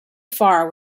far